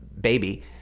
baby